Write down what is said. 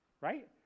right